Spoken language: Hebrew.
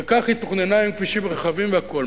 וכך היא תוכננה, עם כבישים רחבים והכול.